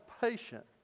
patient